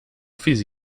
fiz